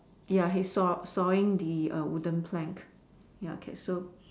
ya he's saw~ sawing the err wooden plank ya okay so